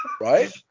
Right